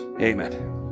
Amen